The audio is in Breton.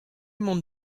mont